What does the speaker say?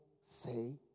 say